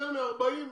יותר מ-40,000,